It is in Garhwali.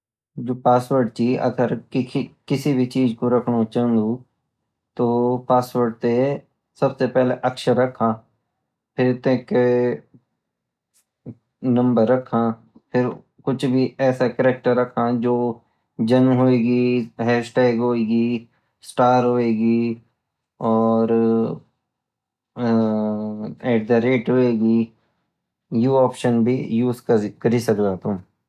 जो पासवर्डची अगर किसी भी चीज़े को राख्नु चांदु सबसे पहले अक्षर रखा फिर तेक नंबर रखा फिर कुछ भी ऐसा करेक्टर रखा जान हुइगी यु ऑप्शन भी उसे कृ सकदा तुम